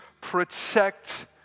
protect